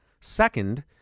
Second